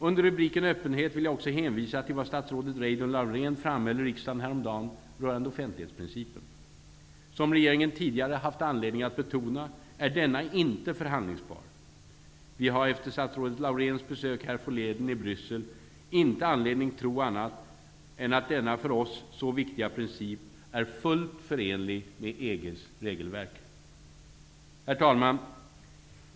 Under rubriken öppenhet vill jag också hänvisa till vad statsrådet Reidunn Laurén framhöll i riksdagen häromdagen rörande offentlighetsprincipen. Som regeringen tidigare haft anledning att betona, är denna inte förhandlingsbar. Vi har efter statsrådet Lauréns besök härförleden i Bryssel inte anledning tro annat än att denna för oss så viktiga princip är fullt förenlig med EG:s regelverk. Herr talman!